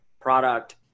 product